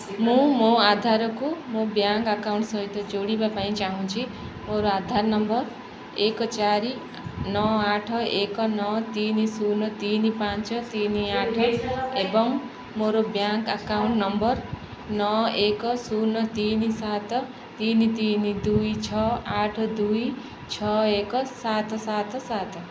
ମୁଁ ମୋ ଆଧାରକୁ ମୋ ବ୍ୟାଙ୍କ ଆକାଉଣ୍ଟ ସହିତ ଯୋଡ଼ିବା ପାଇଁ ଚାହୁଁଛି ମୋର ଆଧାର ନମ୍ବର ଏକ ଚାରି ନଅ ଆଠ ଏକ ନଅ ତିନି ଶୂନ ତିନି ପାଞ୍ଚ ତିନି ଆଠ ଏବଂ ମୋର ବ୍ୟାଙ୍କ ଆକାଉଣ୍ଟ ନମ୍ବର ନଅ ଏକ ଶୂନ ତିନି ସାତ ତିନି ତିନି ଦୁଇ ଛଅ ଆଠ ଦୁଇ ଛଅ ଏକ ସାତ ସାତ ସାତ